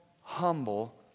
humble